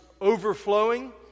overflowing